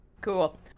cool